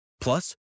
Plus